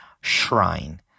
Shrine